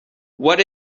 what